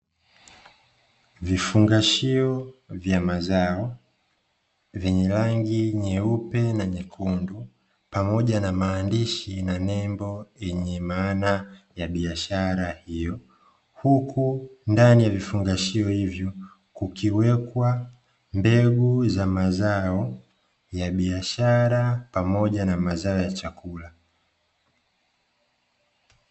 Vifungashio vya mazao vyenye rangi nyeupe na nyekundu, pamoja na maandishi na nembo yenye maana ya biashara hiyo, huku ndani ya vifungashio hivyo kukiwekwa mbegu za mazao ya biashara pamoja na mazao ya chakula.